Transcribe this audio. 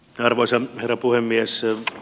arvoisa herra puhemies